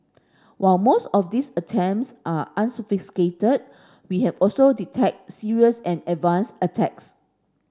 while most of these attempts are unsophisticated we have also detected serious and advanced attacks